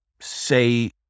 say